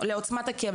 לעוצמת הכאב,